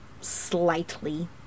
slightly